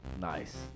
Nice